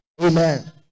Amen